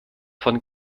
von